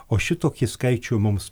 o šitokį skaičių mums